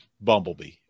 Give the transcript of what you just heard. Bumblebee